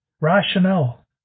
rationale